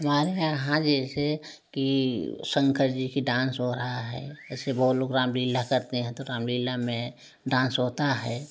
हमारे यहाँ जैसे कि शंकर जी की डांस हो रहा है ऐसे वो लोग रामलीला करते है तो रामलीला में डांस होता है